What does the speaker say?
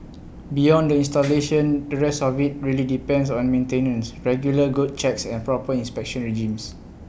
beyond the installation the rest of IT really depends on maintenance regular good checks and proper inspection regimes